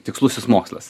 tikslusis mokslas